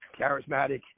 charismatic